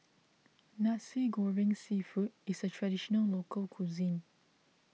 Nasi Goreng Seafood is a Traditional Local Cuisine